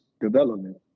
development